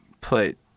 put